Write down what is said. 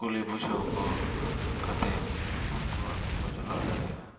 ᱠᱩᱞᱤ ᱵᱩᱡᱷᱟᱹᱣ ᱠᱚ ᱠᱟᱛᱮᱫ ᱩᱱᱠᱩ ᱟᱠᱚ ᱠᱚ ᱪᱟᱞᱟᱣ ᱫᱟᱲᱮᱭᱟᱜᱼᱟ